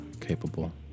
capable